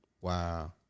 Wow